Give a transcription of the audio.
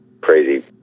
crazy